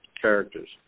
characters